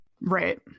right